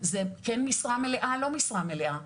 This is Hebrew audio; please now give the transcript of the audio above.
זה כן משרה מלאה-לא משרה מלאה.